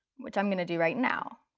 which i'm going to do right now.